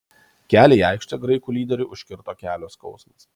kelią į aikštę graikų lyderiui užkirto kelio skausmas